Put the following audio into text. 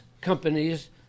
companies